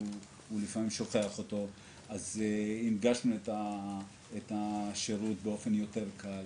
לפעמים שוכח אז הנגשנו את השירות כך שיהיה יותר קל.